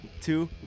two